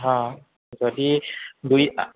হা যদি দুই